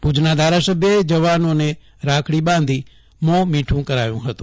ભુજના ધારાસભ્યે જવાનોને રાખડી બાંધી મોં મીઠું કરાવ્યું હતું